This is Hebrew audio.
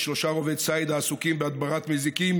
שלושה רובי צייד העסוקים בהדברת מזיקים,